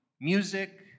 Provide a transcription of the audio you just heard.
music